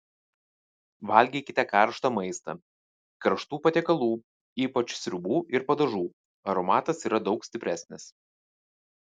valgykite karštą maistą karštų patiekalų ypač sriubų ir padažų aromatas yra daug stipresnis